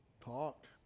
talked